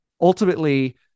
ultimately